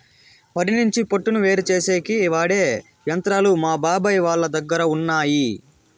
వరి నుంచి పొట్టును వేరుచేసేకి వాడె యంత్రాలు మా బాబాయ్ వాళ్ళ దగ్గర ఉన్నయ్యి